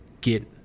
get